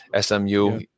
SMU